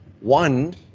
One